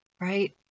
right